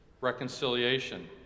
reconciliation